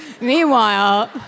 Meanwhile